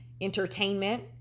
entertainment